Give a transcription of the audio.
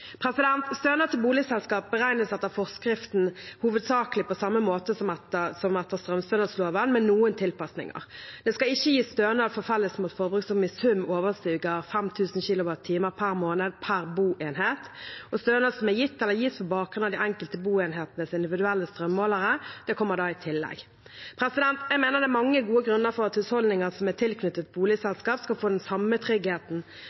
hovedsakelig på samme måte som etter strømstønadsloven, med noen tilpasninger. Det skal ikke gis stønad for fellesmålt forbruk som i sum overstiger 5 000 kWh per måned per boenhet, og stønad som er gitt eller gis på bakgrunn av de enkelte boenhetenes individuelle strømmålere, kommer da i tillegg. Jeg mener det er mange gode grunner for at husholdninger som er tilknyttet boligselskap, skal få den samme tryggheten